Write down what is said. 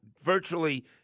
virtually